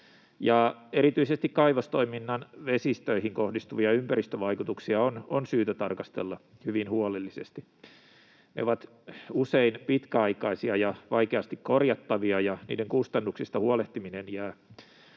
Erityisesti kaivostoiminnan vesistöihin kohdistuvia ympäristövaikutuksia on syytä tarkastella hyvin huolellisesti. Ne ovat usein pitkäaikaisia ja vaikeasti korjattavia, ja niiden kustannuksista huolehtiminen jää